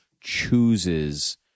chooses